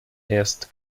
erst